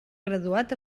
graduat